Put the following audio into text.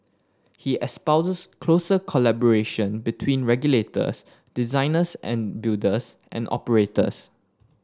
he espouses closer collaboration between regulators designers and builders and operators